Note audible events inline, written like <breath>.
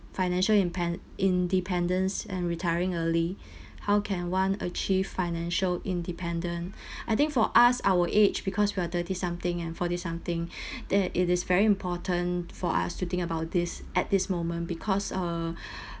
financial inpen~ independence and retiring early <breath> how can one achieve financial independence <breath> I think for us our age because we are thirty something and forty something <breath> that it is very important for us to think about this at this moment because uh <breath>